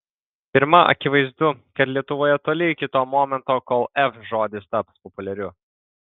pirma akivaizdu kad lietuvoje toli iki to momento kol f žodis taps populiariu